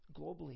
Globally